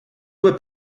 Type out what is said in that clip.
due